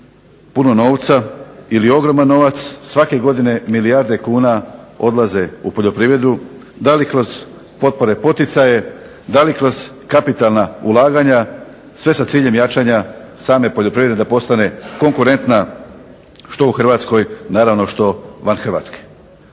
puno novca ili ogroman novac. Svake godine milijarde kuna odlaze u poljoprivredu da li kroz potpore i poticaje, da li kroz kapitalna ulaganja, sve sa ciljem jačanja same poljoprivrede da postane konkurentna što u Hrvatskoj naravno što van Hrvatske.